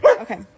Okay